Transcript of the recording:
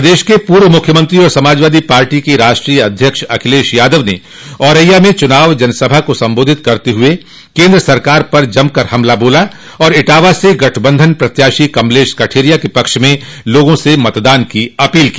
प्रदेश के पूर्व मुख्यमंत्री और सपा के राष्ट्रीय अध्यक्ष अखिलेश यादव ने औरैया में चुनावी जनसभा का संबोधित करते हुये केन्द्र सरकार पर जमकर हमला बोला और इटावा से गठबंधन प्रत्याशी कमलेश कठेरिया के पक्ष में लोगों से मतदान की अपील की